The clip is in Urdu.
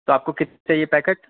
تو آپ کو کتے چاہیے پیکٹ